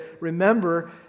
remember